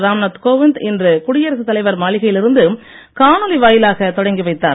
ராம் நாத் கோவிந்த் இன்று குடியரசுத் தலைவர் மாளிகையில் இருந்து காணொளி வாயிலாக தொடங்கி வைத்தார்